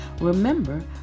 Remember